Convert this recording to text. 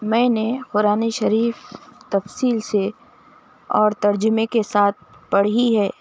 میں نے قرآن شریف تفصیل سے اور ترجمے کے ساتھ پڑھی ہے